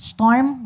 Storm